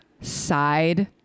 side